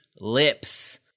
lips